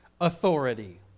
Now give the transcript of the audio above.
authority